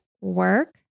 work